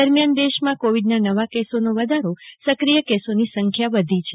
દરમીયાન દેશમાં કોવિડના નવા કેસોમાં વધારો સક્રિય કેસોની સંખ્યા વધી છે